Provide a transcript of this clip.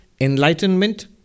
enlightenment